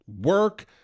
work